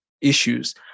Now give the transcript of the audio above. issues